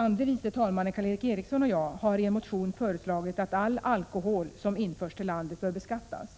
Andre vice talmannen Karl Erik Eriksson och jag har i en motion föreslagit att all alkohol som införs till landet bör beskattas.